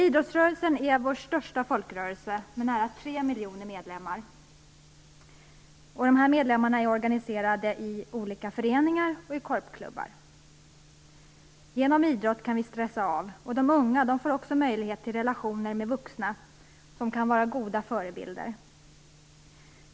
Idrottsrörelsen är vår största folkrörelse med nära tre miljoner medlemmar. Dessa medlemmar är organiserade i olika föreningar och i korpklubbar. Genom idrott kan vi stressa av. De unga får också möjligheter till relationer med vuxna som kan vara goda förebilder.